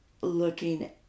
looking